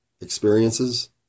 experiences